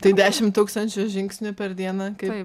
tai dešimt tūkstančių žingsnių per dieną kaip